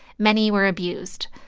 many were abused.